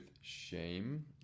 shame